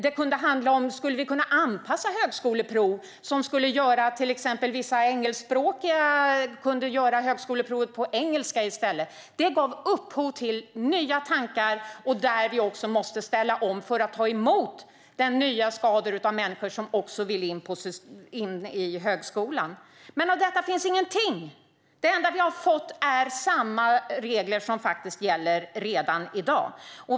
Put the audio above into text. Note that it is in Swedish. Det kunde också ha handlat om huruvida man kan anpassa högskoleprovet så att engelskspråkiga hade kunnat göra provet på engelska i stället. Detta gav upphov till nya tankar. Vi måste också ställa om för att ta emot den skara nya människor som vill komma in på högskolan. Men om detta finns ingenting. Det enda vi har fått är samma regler som redan gäller i dag.